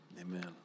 Amen